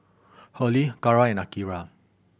Hurley Kara and Akira